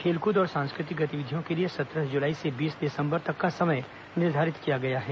खेलकूद और सांस्कृतिक गतिविधियों के लिए सत्रह जुलाई से बीस दिसंबर तक का समय निर्धारित किया गया है